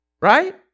Right